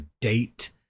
date